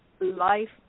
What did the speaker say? life